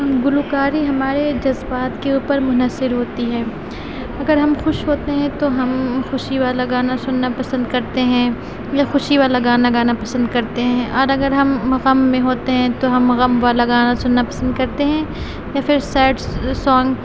گلوکاری ہمارے جذبات کے اوپر منحصر ہوتی ہے اگر ہم خوش ہوتے ہیں تو ہم خوشی والا گانا سننا پسند کرتے ہیں یا خوشی والا گانا گانا پسند کرتے ہیں اور اگر ہم غم میں ہوتے ہیں تو ہم غم والا گانا سننا پسند کرتے ہیں یا پھر سیڈ سونگ